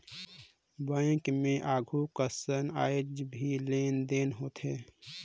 bank मे आघु कसन आयज भी लेन देन होथे